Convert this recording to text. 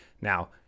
Now